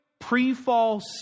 pre-fall